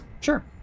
Sure